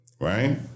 Right